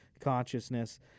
consciousness